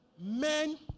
Men